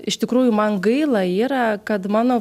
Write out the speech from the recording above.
iš tikrųjų man gaila yra kad mano